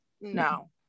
no